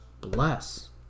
Bless